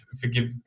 forgive